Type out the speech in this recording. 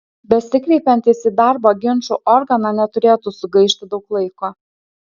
besikreipiantys į darbo ginčų organą neturėtų sugaišti daug laiko